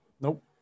Nope